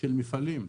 של מפעלים,